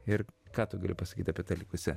ir ką tu gali pasakyt apie tą likusią